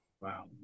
Wow